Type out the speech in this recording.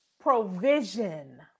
Provision